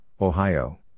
Ohio